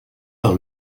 par